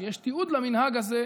ויש תיעוד למנהג הזה,